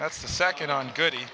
that's the second on good